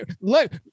look